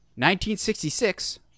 1966